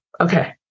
okay